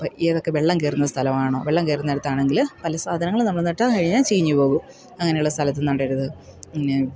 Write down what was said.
ഇപ്പം ഏതൊക്കെ വെള്ളം കയറുന്ന സ്ഥലമാണോ വെള്ളം കയറുന്നിടത്താണെങ്കിൽ പല സാധനങ്ങൾ നമ്മൾ നട്ടു കഴിഞ്ഞാൽ ചീഞ്ഞു പോകും അങ്ങനെയുള്ള സ്ഥലത്ത് നടരുത് പിന്നെ